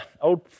old